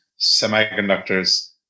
semiconductors